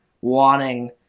wanting